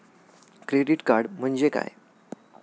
Credit card म्हणजे काय?